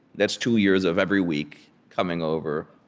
that's two years of every week, coming over,